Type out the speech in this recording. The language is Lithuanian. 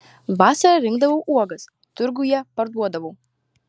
vasarą rinkdavau uogas turguje parduodavau